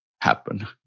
happen